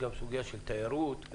גם סוגיה של תיירות,